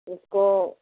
उसको